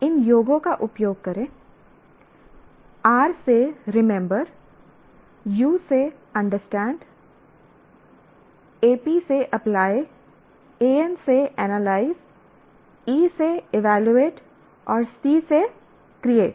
इन योगों का उपयोग करें R से रिमेंबर U से अंडरस्टैंड Ap से अप्लाई An से एनालाइज E से इवैल्यूएट और C से क्रिएट